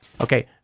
Okay